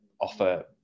offer